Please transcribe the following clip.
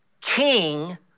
King